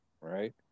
right